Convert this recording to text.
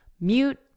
mute